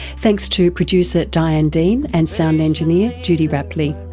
thanks to producer diane dean and sound engineer judy rapley.